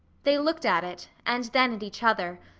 they looked at it, and then at each other,